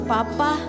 Papa